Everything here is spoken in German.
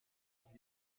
auf